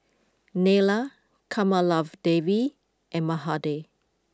Neila Kamaladevi and Mahade